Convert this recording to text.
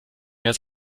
mehr